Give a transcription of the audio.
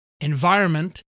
environment